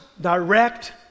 direct